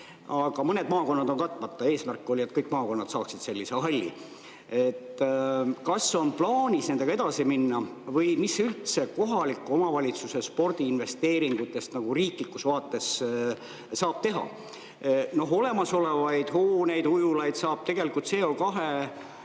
Aga mõned maakonnad on katmata. Eesmärk oli, et kõik maakonnad saaksid sellise halli. Kas on plaanis nendega edasi minna või mis üldse kohaliku omavalitsuse spordiinvesteeringutest riiklikus vaates saab teha? Olemasolevaid hooneid, ujulaid saab tegelikult